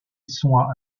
sont